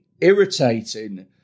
irritating